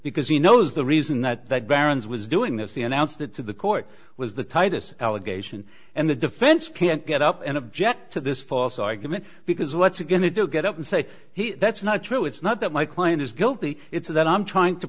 because he knows the reason that that baron's was doing this the announced it to the court was the tightest allegation and the defense can't get up and object to this false argument because once again they do get up and say he that's not true it's not that my client is guilty it's that i'm trying to